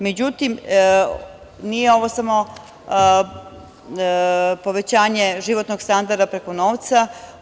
Međutim, nije ovo samo povećanje životnog standarda preko novca.